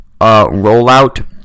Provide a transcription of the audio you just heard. rollout